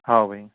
ہاں بھائی